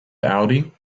audi